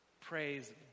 Praise